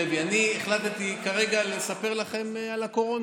החלטתי כרגע לספר לכם על הקורונה.